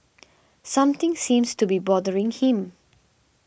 something seems to be bothering him